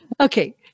okay